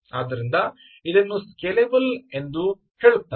ಆದ್ದರಿಂದ ಜನರು ಇದನ್ನು ಸ್ಕೇಲೆಬಲ್ ಎಂದು ಹೇಳುತ್ತಾರೆ